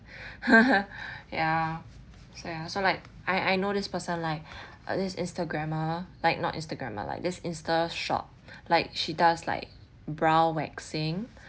ya so ya so like I I know this person like uh this instagrammer like not instagrammer lah like this is the shop like she does like brow waxing